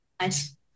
Nice